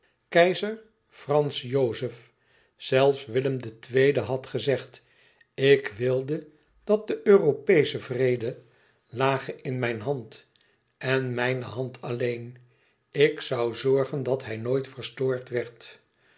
keizer frans jozef zelfs willem ii had gezegd ik wilde dat de europeesche vrede lage in mijn hand en in mijn hand alleen ik zoû zorgen dat hij nooit verstoord werd